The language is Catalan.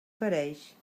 pareix